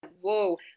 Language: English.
Whoa